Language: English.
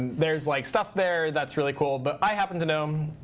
there's like stuff there that's really cool. but i happen to know